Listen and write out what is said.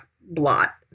blot